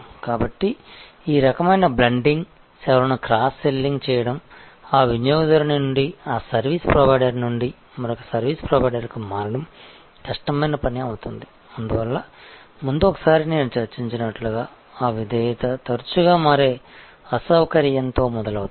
కాబట్టి ఈ రకమైన బండ్లింగ్ సేవలను క్రాస్ సెల్లింగ్ చేయడం ఆ వినియోగదారుని నుండి ఆ సర్వీస్ ప్రొవైడర్ నుండి మరొక సర్వీస్ ప్రొవైడర్కి మారడం కష్టమైన పని అవుతుంది అందువల్ల ముందు ఒకసారి నేను చర్చించినట్లుగా ఆ విధేయత తరచుగా మారే అసౌకర్యంతో మొదలవుతుంది